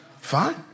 Fine